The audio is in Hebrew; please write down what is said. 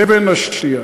אבן השתייה.